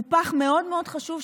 הוא פח מאוד מאוד חשוב,